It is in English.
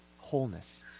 wholeness